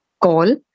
call